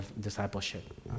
discipleship